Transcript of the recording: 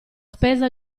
spesa